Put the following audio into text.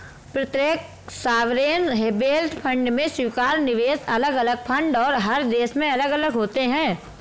प्रत्येक sovereign wealth fund में स्वीकार्य निवेश अलग अलग फंड और हर देश में अलग अलग होते हैं